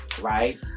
right